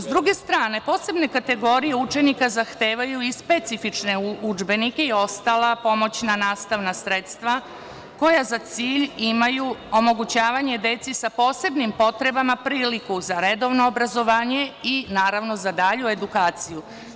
S druge strane, posebne kategorije učenika zahtevaju i specifične udžbenike i ostala pomoćna nastavna sredstva koja za cilj imaju omogućavanje deci sa posebnim potrebama priliku za redovno obrazovanje i naravno za dalju edukaciju.